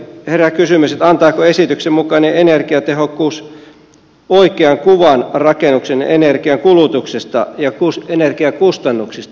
herää myös kysymys antaako esityksen mukainen energiatehokkuus oikean kuvan rakennuksen energiankulutuksesta ja energiakustannuksista